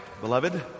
beloved